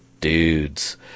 dudes